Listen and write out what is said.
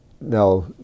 now